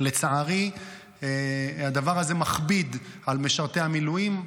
לצערי הדבר הזה מכביד על משרתי המילואים,